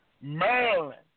Maryland